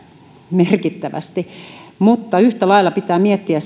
merkittävästi mutta yhtä lailla sitten pitää miettiä